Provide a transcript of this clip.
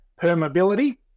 permeability